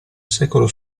secolo